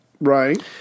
Right